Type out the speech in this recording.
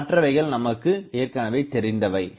மற்றவைகள் நமக்கு ஏற்கனவே தெரிந்தவைகள்